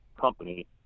company